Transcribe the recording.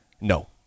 No